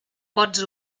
pots